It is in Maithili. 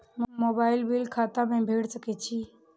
मोबाईल बील खाता से भेड़ सके छि?